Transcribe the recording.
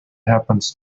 happens